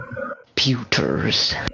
computers